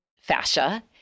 fascia